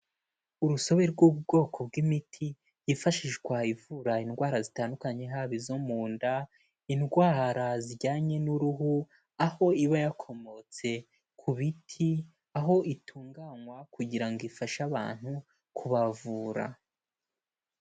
Urusobe rw'ubwoko bw'imiti yifashishwa ivura indwara zitandukanye haba izo mu nda, indwara zijyanye n'uruhu, aho iba yakomotse ku biti, aho itunganywa kugirango ifashe abantu kubavura.